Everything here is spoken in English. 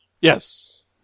Yes